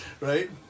Right